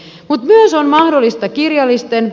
mutta myös on mahdollista kirjallisten